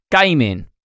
gaming